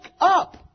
up